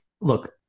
Look